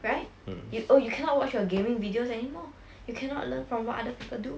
right you oh you cannot watch your gaming videos anymore you cannot learn from what other people do